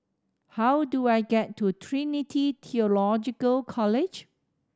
how do I get to Trinity Theological College